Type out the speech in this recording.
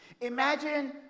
Imagine